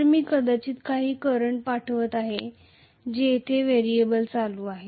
तर मी कदाचित काही करंट पाठवित आहे जे येथे व्हेरिएबल करंट आहे